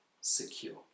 secure